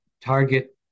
target